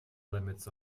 limits